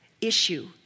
issue